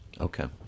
Okay